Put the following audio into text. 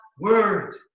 word